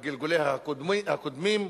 בגלגוליה הקודמים,